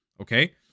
Okay